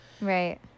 right